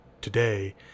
today